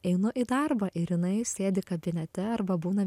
einu į darbą ir jinai sėdi kabinete arba būna